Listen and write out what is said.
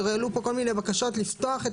העלו פה כל מיני בקשות לפתוח,